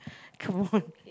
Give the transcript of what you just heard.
come on